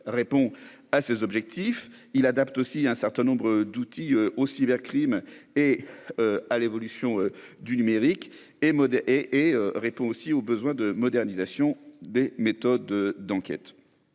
répond à ses objectifs il adapte aussi un certain nombre d'outils au cybercrime. Et. À l'évolution du numérique et et et répond aussi aux besoins de modernisation des méthodes d'enquête.